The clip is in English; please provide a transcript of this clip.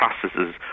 processes